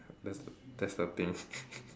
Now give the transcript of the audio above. that's the that's the thing